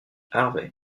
harvey